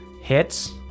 Hits